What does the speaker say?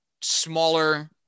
smaller